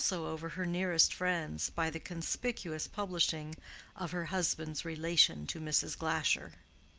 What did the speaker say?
and also over her nearest friends, by the conspicuous publishing of her husband's relation to mrs. glasher.